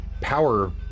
power